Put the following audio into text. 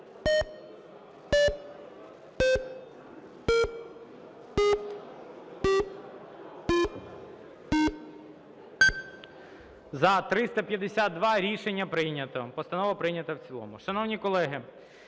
За-352 Рішення прийнято. Постанова прийнята в цілому.